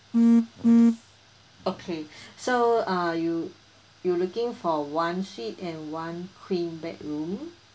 okay so uh you you looking for one suite and one queen bed room